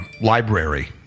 library